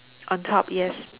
on top yes